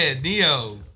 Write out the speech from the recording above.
Neo